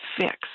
fix